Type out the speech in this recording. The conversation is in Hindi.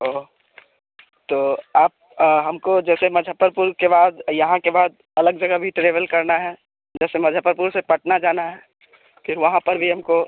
ओहो तो आप हमको जैसे मुज़्ज़फ़्फ़रपुर के बाद यहाँ के बाद अलग जगह भी ट्रेवेल करना है जैसे ममुज़्ज़फ़्फ़रपुर से पटना जाना है फिर वहाँ पर भी हमको